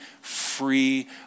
free